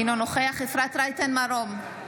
אינו נוכח אפרת רייטן מרום,